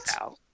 out